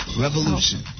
revolution